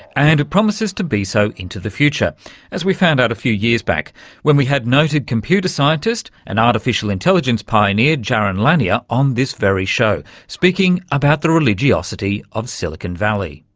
and it promises to be so into the future as we found out a few years back when we had noted computer scientist and artificial intelligence pioneer jaron lanier on this very show, speaking about the religiosity of silicon valley.